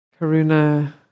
Karuna